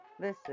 Listen